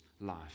life